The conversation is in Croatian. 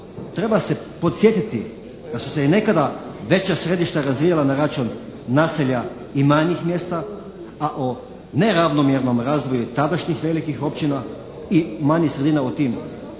treba se podsjetiti da su se nekada veća središta razvijala na račun naselja i manjih mjesta a o neravnomjernom razvoju tadašnjih velikih općina i manjih sredina u tim